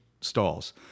stalls